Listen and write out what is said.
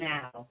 Now